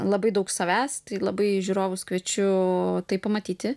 labai daug savęs tai labai žiūrovus kviečiu tai pamatyti